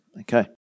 Okay